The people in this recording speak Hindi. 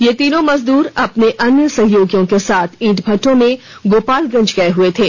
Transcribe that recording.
ये तीनों मजदूर अपने अन्य सहयोगियों के साथ ईट भट्ठों में गोपालगंज गए हुए थे